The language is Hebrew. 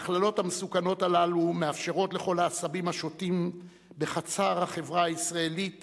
ההכללות המסוכנות הללו מאפשרות לכל העשבים השוטים בחצר החברה הישראלית